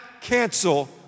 cancel